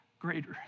greater